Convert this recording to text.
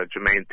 Jermaine